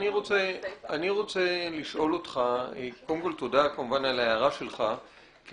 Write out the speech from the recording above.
זה סעיף 4. תודה על ההערה שלך אבל אני רוצה